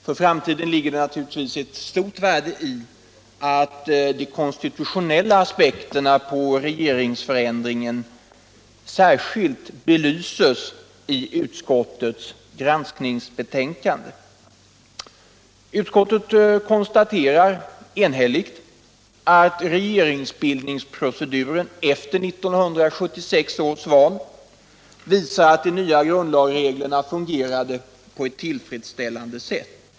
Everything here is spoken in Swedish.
För framtiden ligger det naturligtvis ett stort värde i att de konstitutionella aspekterna på regeringsförändringen särskilt belyses i utskottets granskningsbetänkande. Utskottet konstaterar enhälligt att regeringsbildningsproceduren efter 1976 års val visar att de nya grundlagsreglerna fungerade på ett tillfredsställande sätt.